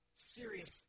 serious